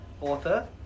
author